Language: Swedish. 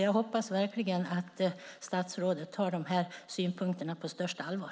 Jag hoppas verkligen att statsrådet tar de här synpunkterna på största allvar.